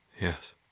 Yes